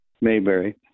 Mayberry